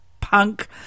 punk